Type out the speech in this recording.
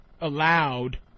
allowed